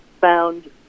found